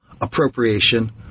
appropriation